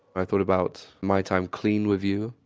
i thought about my time clean with you,